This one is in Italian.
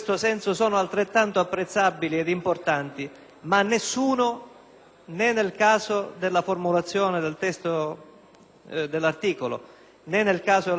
né nel caso della formulazione del testo dell'articolo, né nel caso della formulazione del testo degli emendamenti - ha tenuto conto di un dettaglio,